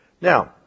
Now